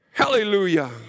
Hallelujah